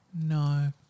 No